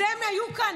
הן היו כאן,